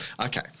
Okay